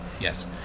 Yes